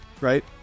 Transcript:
right